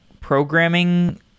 programming